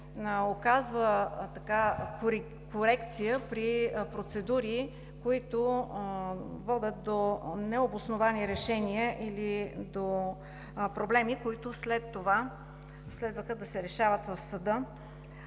оказва корекция при процедури, които водят до необосновани решения или до проблеми, които след това следваха да се решават в съда.